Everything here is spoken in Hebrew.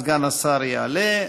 סגן השר יעלה,